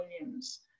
Williams